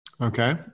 okay